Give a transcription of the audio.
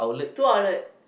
two outlet